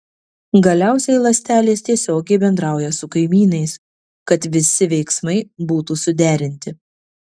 galiausiai ląstelės tiesiogiai bendrauja su kaimynais kad visi veiksmai būtų suderinti